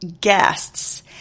guests